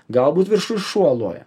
galbūt viršuj šuo loja